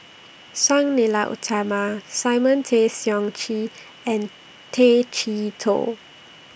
Sang Nila Utama Simon Tay Seong Chee and Tay Chee Toh